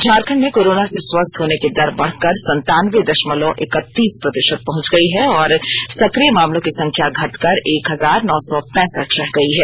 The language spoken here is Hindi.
झारखंड में कोरोना से स्वस्थ होने की दर बढ़कर संतानबे दशमलव इकतीस प्रतिशत पहुंच गई है और सक्रिय मामलों की संख्या घटकर एक हजार नौ सौ पैंसठ रह गई है